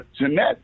Jeanette